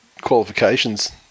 qualifications